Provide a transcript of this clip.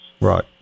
Right